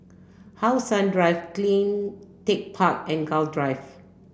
how Sun Drive Clean Tech Park and Gul Drive